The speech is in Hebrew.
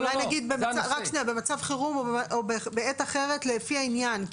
אולי נגיד במצב חירום או בעת אחרת לפי העניין.